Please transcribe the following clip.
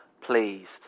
pleased